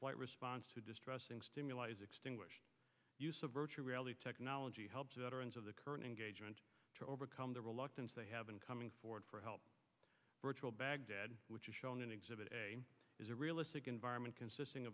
flight response to distressing stimuli is extinguished use of virtual reality technology helps veterans of the kerning to overcome their reluctance they have been coming forward for help virtual baghdad which is shown in exhibit a is a realistic environment consisting